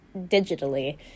digitally